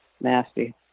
nasty